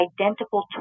identical